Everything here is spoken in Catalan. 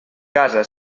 casa